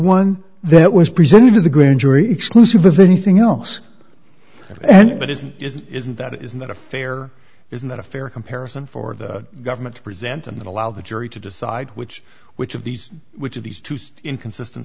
one that was presented to the grand jury exclusive of anything else but isn't isn't that isn't that a fair isn't that a fair comparison for the government to present and allow the jury to decide which which of these which of these two inconsistent